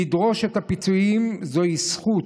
לדרוש את הפיצויים זוהי זכות,